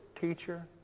teacher